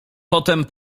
potem